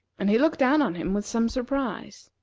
and he looked down on him with some surprise.